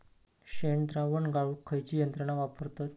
शेणद्रावण गाळूक खयची यंत्रणा वापरतत?